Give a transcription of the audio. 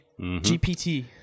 GPT